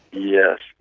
yes,